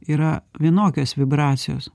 yra vienokios vibracijos